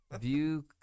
View